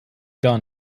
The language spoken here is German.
gar